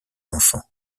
enfants